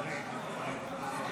תודה רבה,